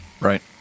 Right